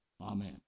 Amen